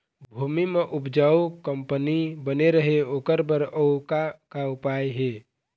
भूमि म उपजाऊ कंपनी बने रहे ओकर बर अउ का का उपाय हे?